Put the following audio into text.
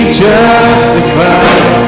justified